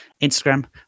Instagram